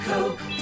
Coke